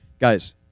Guys